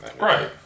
Right